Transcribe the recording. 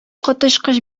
коточкыч